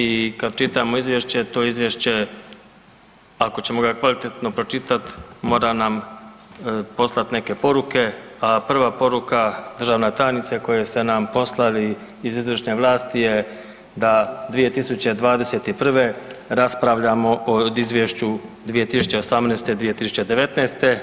I kada čitamo Izvješće to Izvješće ako ćemo ga kvalitetno pročitati mora nam poslati neke poruke, a prva poruka državna tajnice koje sta nam poslali iz izvršne vlasti je da 2021. raspravljamo o Izvješću 2018., 2019.,